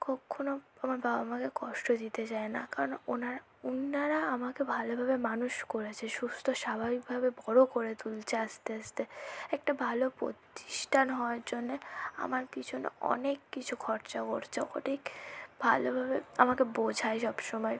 কক্ষণও আমার বাবা মাকে কষ্ট দিতে চাই না কারণ ওনার ওনারা আমাকে ভালোভাবে মানুষ করেছে সুস্থ স্বাভাবিকভাবে বড়ো করে তুলছে আস্তে আস্তে একটা ভালো প্রতিষ্ঠান হওয়ার জন্যে আমার পিছনে অনেক কিছু খরচা করছে অনেক ভালোভাবে আমাকে বোঝায় সবসময়